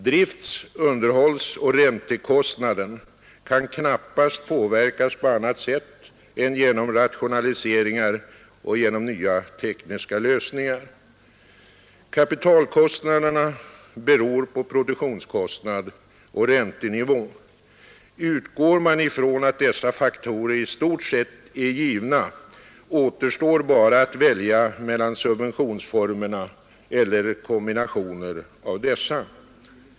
Drift-, underhållsoch räntekostnaden kan knappast påverkas på annat sätt än genom rationaliseringar och genom nya tekniska lösningar. Kapitalkostnaderna beror på produktionskostnad och räntenivå. Utgår man ifrån att dessa faktorer i stort sett är givna, återstår bara att välja mellan subventionsformerna eller kombinationer av dessa.